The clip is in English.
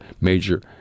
major